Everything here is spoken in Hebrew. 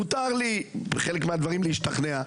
מותר לי בחלק מהדברים להשתכנע,